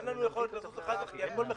אין לנו יכולת לעשות אחר כך כי הכול בחקיקה.